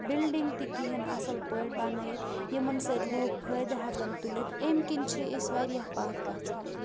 building تہِ کِہیٖنۍ اَصٕل پٲٹھۍ بنٲیِتھ یِمَن سۭتۍ لوٗکھ فٲیِدٕ ہٮ۪کَان تُلِتھ امہِ کِنۍ چھِ أسۍ واریاہ پَتھ گژھان